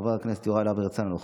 חבר הכנסת יוראי להב הרצנו,